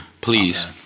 Please